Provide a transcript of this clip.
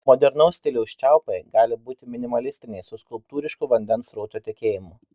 modernaus stiliaus čiaupai gali būti minimalistiniai su skulptūrišku vandens srauto tekėjimu